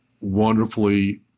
wonderfully